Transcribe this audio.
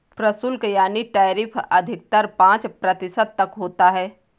प्रशुल्क यानी टैरिफ अधिकतर पांच प्रतिशत तक होता है